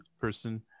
person